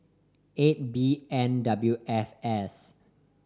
eight B N W F S